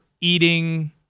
eating